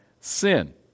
sin